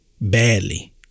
badly